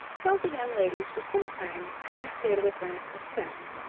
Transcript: held the young ladies for some time in a state of apparent suspense,